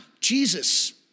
Jesus